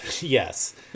yes